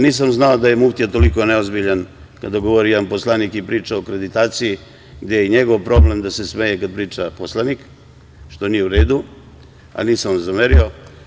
Nisam znao da je muftija toliko neozbiljan kada govori jedan poslanik i priča o akreditaciji, gde je njegov problem da se smeje kada priča poslanik, što nije u redu, a nisam vam zamerio.